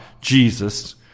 Jesus